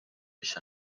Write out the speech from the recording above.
mis